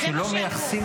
כן, זה מה שאמרו.